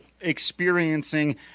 experiencing